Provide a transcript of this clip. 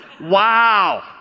Wow